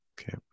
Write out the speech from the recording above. Okay